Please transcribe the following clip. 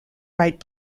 write